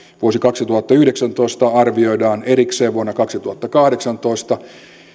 vuosi kaksituhattayhdeksäntoista arvioidaan erikseen vuonna kaksituhattakahdeksantoista